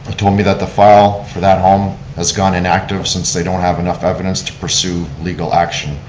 told me that the file for that home has gone inactive since they don't have enough evidence to pursue legal action.